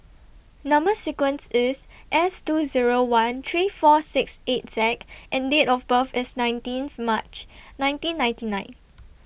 Number sequence IS S two Zero one three four six eight Z and Date of birth IS nineteenth March nineteen ninety nine